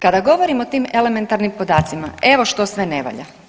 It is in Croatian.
Kada govorimo o tim elementarnim podacima evo što sve ne valja.